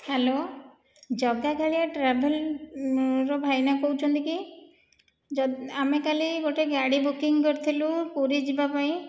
hello Jaga Kalia travel ର ଭାଇନା କହୁଛନ୍ତି କି ଯ ଆମେ କାଲି ଗୋଟିଏ ଗାଡ଼ି ବୁକିଂ କରିଥିଲୁ ପୁରୀ ଯିବା ପାଇଁ